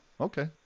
Okay